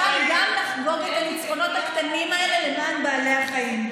אפשר גם לחגוג את הניצחונות הקטנים האלה למען בעלי החיים.